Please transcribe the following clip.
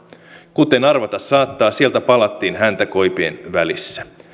kuten arvata saattaa sieltä palattiin häntä koipien välissä